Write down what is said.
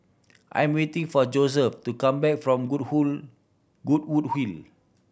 I'm waiting for Joseph to come back from Good who Goodwood Hill